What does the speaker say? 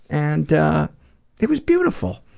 and it was beautiful.